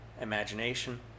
imagination